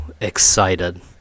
excited